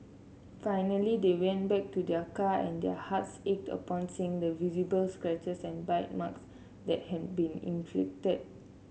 finally they went back to their car and their hearts ached upon seeing the visible scratches and bite marks that had been inflicted